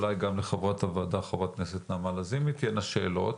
אולי גם לחברת הוועדה ח"כ נעמה לזימי יש שאלות.